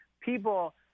People